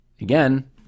again